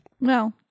No